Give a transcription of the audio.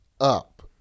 up